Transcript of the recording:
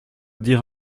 dire